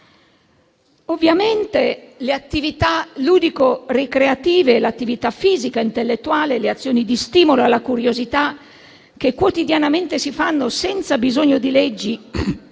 Ovviamente, le attività ludico ricreative e l'attività fisica ed intellettuale, le azioni di stimolo alla curiosità, che quotidianamente si fanno senza bisogno di leggi,